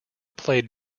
played